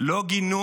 לא גינו